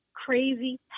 crazy